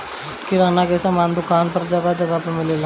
किराना के सामान के दुकान हर जगह पे मिलेला